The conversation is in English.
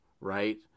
right